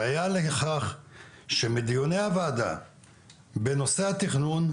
הראייה לכך שמדיוני הוועדה בנושא התכנון,